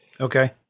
Okay